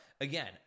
again